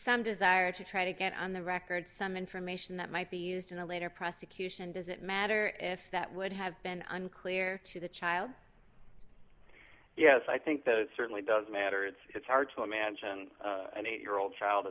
some desire to try to get on the record some information that might be used in a later prosecution doesn't matter if that would have been unclear to the child yes i think those certainly does matter it's hard to imagine an eight year old child